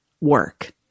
work